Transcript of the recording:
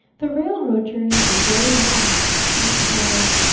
the railroad journey was very long and slow.